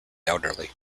elderly